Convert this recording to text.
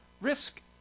risk